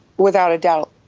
without a doubt.